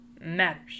matters